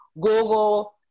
Google